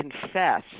confess